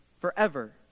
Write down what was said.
forever